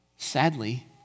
Sadly